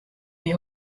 wie